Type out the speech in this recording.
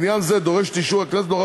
עניין זה דורש את אישור הכנסת נוכח